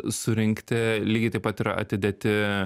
surinkti lygiai taip pat yra atidėti